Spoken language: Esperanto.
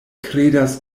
kredas